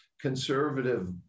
conservative